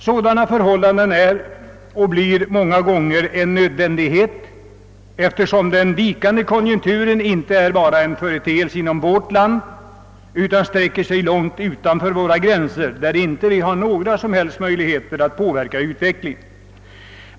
Sådant har många gånger varit nödvändigt, eftersom den vikande konjunkturen inte bara är en företeelse i vårt land, utan sträcker sig långt utanför våra gränser, där vi inte har några som helst möjligheter att påverka utvecklingen.